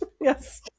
yes